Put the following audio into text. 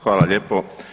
Hvala lijepo.